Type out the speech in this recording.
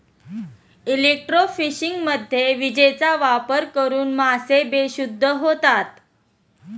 इलेक्ट्रोफिशिंगमध्ये विजेचा वापर करून मासे बेशुद्ध होतात